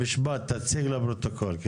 במשפט, כן, תציג לפרוטוקול.